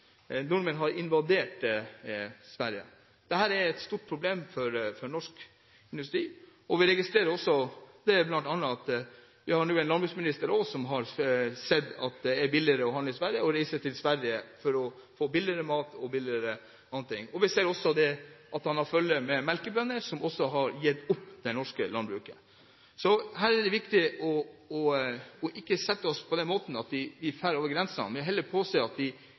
Nordmenn har invadert Sverige. Dette er et stort problem for norsk industri. Vi registrerer også bl.a. at vi nå har en landbruksminister som har sett at det er billigere å reise til Sverige for å handle og få billigere mat og billigere andre ting. Vi ser også at han har følge med melkebønder, som også har gitt opp det norske landbruket. Her er det viktig ikke å stelle seg på den måten at vi reiser over grensen, men heller påser at